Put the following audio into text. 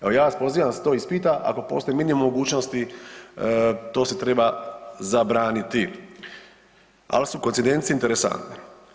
Evo ja vas pozivam da se to ispita ako postoji mini mogućnosti, to se treba zabraniti, ali su koincidencije interesantne.